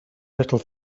little